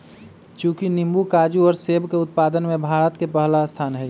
चीकू नींबू काजू और सब के उत्पादन में भारत के पहला स्थान हई